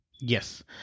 yes